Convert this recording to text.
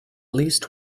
least